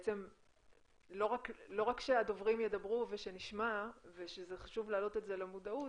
שלא רק שהדוברים ידברו ושנשמע ושזה חשוב להעלות את זה למודעות,